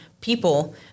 people